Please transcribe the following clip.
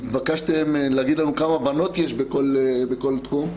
ביקשתן להגיד גם כמה בנות יש בכל תחום,